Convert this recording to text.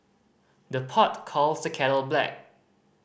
the pot calls the kettle black